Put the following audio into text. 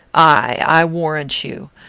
i warrant you.